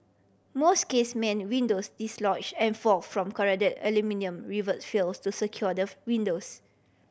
most casement windows dislodge and fall from corroded aluminium rivet fails to secure windows